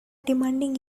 demanding